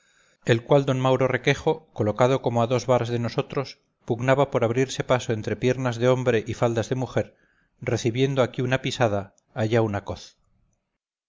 el cual d mauro requejo colocado como a dos varas de nosotros pugnaba por abrirse paso entre piernas de hombre y faldas de mujer recibiendo aquí una pisada allá una coz